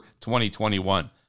2021